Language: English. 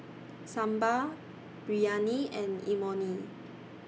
Sambar Biryani and Imoni